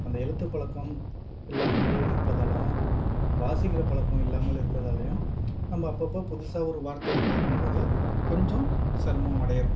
அந்த எழுத்து பழக்கம் இல்லாமல் இருப்பதாலும் வாசிக்கிற பழக்கம் இல்லாமல் இருக்கிறதாலையும் நம்ம அப்பப்போ புதுசாக ஒரு வார்த்தையை பார்க்கும்போது கொஞ்சம் சிரமம் அடைகிறோம்